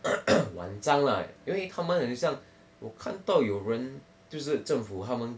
网站啦因为他们很像我看到有人就是政府他们